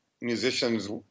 musicians